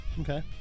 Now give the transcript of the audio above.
okay